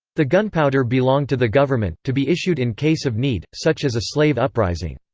the gunpowder belonged to the government, to be issued in case of need, such as a slave uprising.